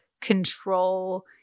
control